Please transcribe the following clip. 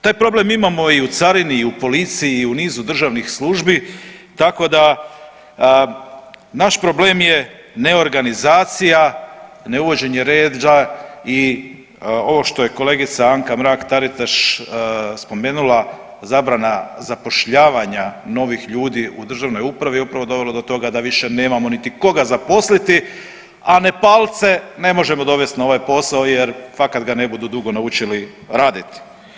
Taj problem imamo i u carini i u policiji i u nizu državnih službi, tako da naš problem je neorganizacija, ne uvođenje reda i ovo što je kolegica Anka Mrak Taritaš spomenula zabrana zapošljavanja novih ljudi u državnoj upravi upravo dovela do toga da više nemamo niti koga zaposliti, a Nepalce ne možemo dovesti na ovaj posao jer fakat ga ne budu dugo naučili raditi.